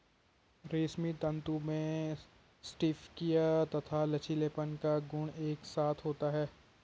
रेशमी तंतु में स्फटिकीय तथा लचीलेपन का गुण एक साथ होता है